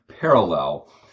parallel